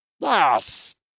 Yes